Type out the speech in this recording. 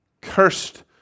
Cursed